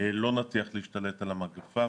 לא נצליח להשתלט על המגפה,